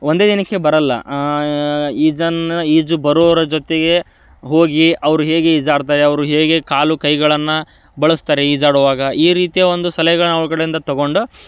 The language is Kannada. ಒಂದೇ ದಿನಕ್ಕೆ ಬರಲ್ಲ ಈಜನ್ನು ಈಜು ಬರೋವ್ರ ಜೊತೆಗೆ ಹೋಗಿ ಅವ್ರು ಹೇಗೆ ಈಜಾಡ್ತಾರೆ ಅವರು ಹೇಗೆ ಕಾಲು ಕೈಗಳನ್ನು ಬಳಸ್ತಾರೆ ಈಜಾಡುವಾಗ ಈ ರೀತಿಯ ಒಂದು ಸಲಹೆಗಳು ಅವ್ರ್ ಕಡೆಂದ ತೊಗೊಂಡು